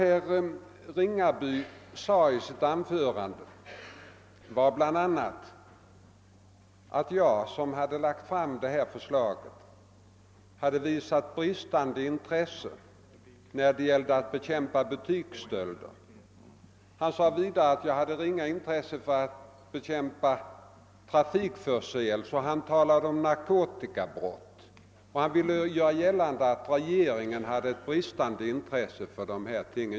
Herr Ringaby sade i sitt anförande bl.a. att jag, som hade lagt fram detta förslag, hade visat bristande intresse när det gällde att bekämpa butiksstölder. Han sade vidare att jag hade ringa intresse för att bekämpa trafikförseelser, och han talade om narkotikabrott, och han ville göra gällande att regeringen hade ett bristande intresse för dessa ting.